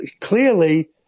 Clearly